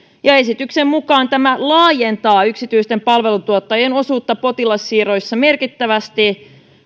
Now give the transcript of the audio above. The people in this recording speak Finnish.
esityksen mukaan tämä laajentaa yksityisten palveluntuottajien osuutta potilassiirroissa merkittävästi